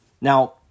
Now